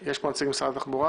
יש פה מישהו ממשרד התחבורה?